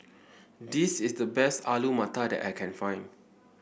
this is the best Alu Matar that I can find